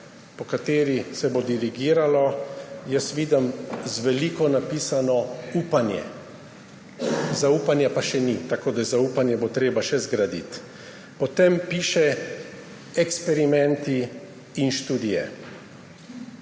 po kateri se bo dirigiralo – jaz vidim z veliko napisano upanje, zaupanja pa še ni, tako da zaupanje bo treba še zgraditi. Potem piše eksperimenti in študije.